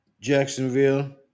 Jacksonville